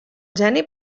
geni